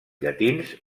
llatins